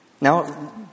Now